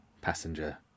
passenger